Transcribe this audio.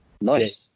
Nice